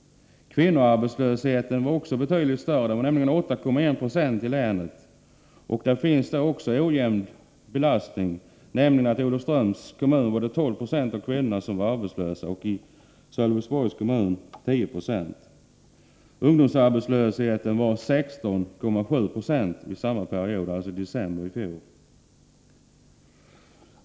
Kvinnoarbetslösheten var också betydligt större, nämligen 8,1 Ze i länet. Även inom länet finns det olikheter. I Olofströms kommun var 12 20 av kvinnorna arbetslösa och i Sölvesborgs kommun 10 96. Ungdomsarbetslösheten var 16,7 96 vid samma tidpunkt, dvs. i december i fjol.